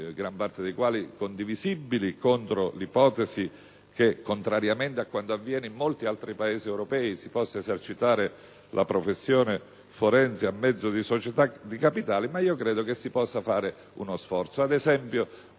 gran parte dei quali condivisibili, contro l'ipotesi che, contrariamente a quanto avviene in molti altri Paesi europei, si possa esercitare la professione forense a mezzo di società di capitali, ma credo che si possa compiere uno sforzo: